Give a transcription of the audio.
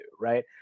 right